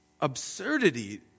absurdity